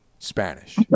Spanish